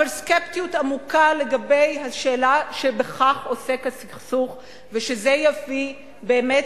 אבל סקפטיות עמוקה לגבי השאלה שבכך עוסק הסכסוך ושזה יביא באמת